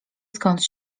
skąd